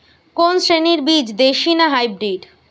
কোন শ্রেণীর বীজ দেশী না হাইব্রিড?